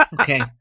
okay